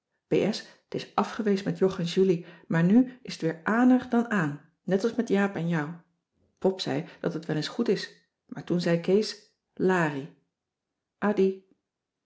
t is afgeweest met jog en julie maar nu is t weer aan er dan aan net als met jaap en jou pop zei dat het wel eens goed is maar toen zei kees larie adie